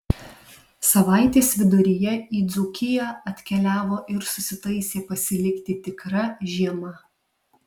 savaitės viduryje į dzūkiją atkeliavo ir susitaisė pasilikti tikra žiema